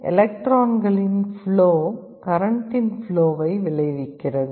எலக்ட்ரான்களின் ப்ளோ கரன்ட்டின் ப்ளோவை விளைவிக்கிறது